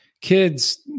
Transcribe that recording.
kids